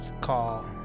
call